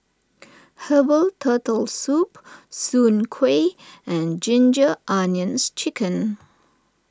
Herbal Turtle Soup Soon Kway and Ginger Onions Chicken